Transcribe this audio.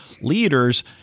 leaders